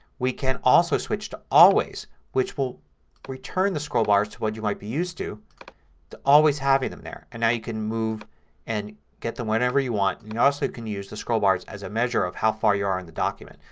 we can also switch to always which will return the scroll bars to what you might be used to to always having them there. now you can move and get them whenever you want. you also can use the scroll bars as a measure of how far you are in the document.